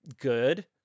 good